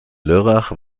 lörrach